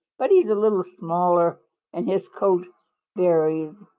but he is a little smaller and his coat varies.